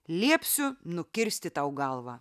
liepsiu nukirsti tau galvą